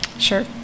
sure